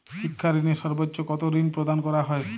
শিক্ষা ঋণে সর্বোচ্চ কতো ঋণ প্রদান করা হয়?